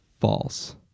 False